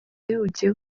ugiye